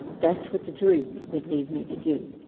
that's what the jury would lead me to do,